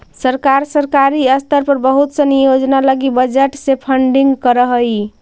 सरकार सरकारी स्तर पर बहुत सनी योजना लगी बजट से फंडिंग करऽ हई